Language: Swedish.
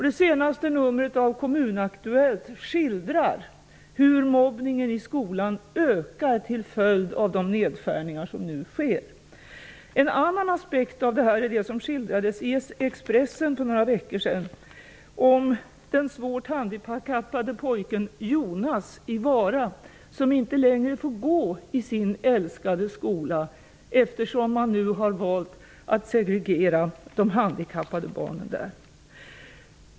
Det senaste numret av KommunAktuellt skildrar hur mobbningen i skolan ökar till följd av de nedskärningar som nu sker. En annan aspekt av detta är det som skildrades i Expressen för några veckor sedan, om den svårt handikappade pojken Jonas i Vara, som inte längre får gå i sin älskade skola, eftersom man där nu har valt att segregera de handikappade barnen.